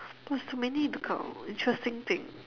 but it's too many to count interesting thing